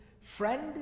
friend